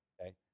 Okay